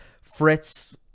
Fritz